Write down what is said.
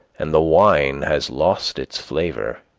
and the wine has lost its flavor,